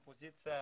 אין אופוזיציה.